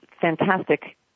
fantastic